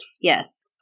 Yes